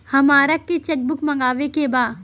हमारा के cheque book मगावे के बा?